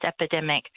epidemic